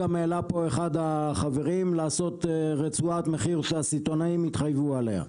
גם העלה פה אחד החברים לעשות רצועת מחיר שהסיטונאים יתחייבו עליה.